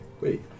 Wait